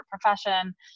profession